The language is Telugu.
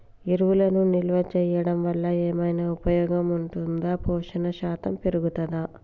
ఎరువులను నిల్వ చేయడం వల్ల ఏమైనా ఉపయోగం ఉంటుందా పోషణ శాతం పెరుగుతదా?